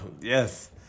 Yes